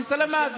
וסלמאת,